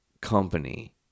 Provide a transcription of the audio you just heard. company